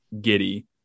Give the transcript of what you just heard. giddy